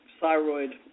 thyroid